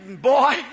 boy